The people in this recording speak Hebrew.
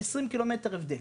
20 ק"מ הבדל,